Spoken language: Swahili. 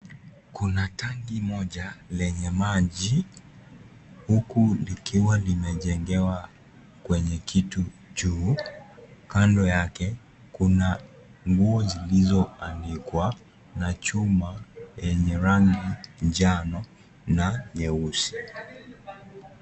Kuna tanki moja lenye maji huku likiwa limejengewa kwenye kitu juu. Kando yake, kuna nguo zilizoanikwa na chuma yenye rangi njano na nyeusi.